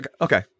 okay